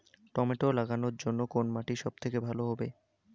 Tomato লাগানোর জন্যে কোন মাটি সব থেকে ভালো হবে?